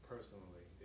personally